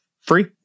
Free